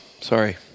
Sorry